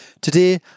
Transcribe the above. Today